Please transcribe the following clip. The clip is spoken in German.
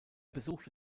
besuchte